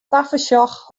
tafersjoch